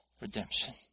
redemption